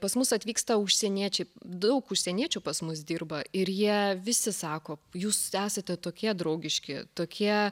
pas mus atvyksta užsieniečiai daug užsieniečių pas mus dirba ir jie visi sako jūs esate tokie draugiški tokie